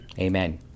Amen